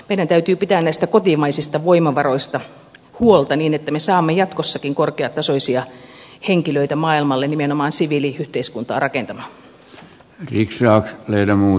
meidän täytyy pitää näistä kotimaisista voimavaroista huolta niin että me saamme jatkossakin korkeatasoisia henkilöitä maailmalle nimenomaan siviiliyhteiskuntaa rakentamaan